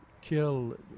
kill